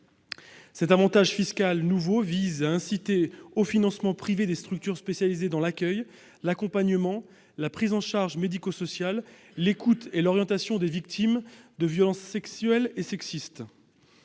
Cet avantage fiscal nouveau vise à inciter au financement privé des structures spécialisées dans l'accueil, l'accompagnement, la prise en charge médico-sociale, l'écoute et l'orientation des victimes de violences sexuelles et sexistes.